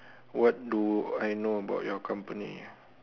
what do I know about your company ah